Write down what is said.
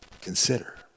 Consider